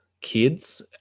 kids